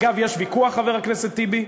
אגב, יש ויכוח, חבר הכנסת טיבי,